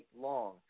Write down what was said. long